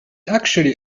actually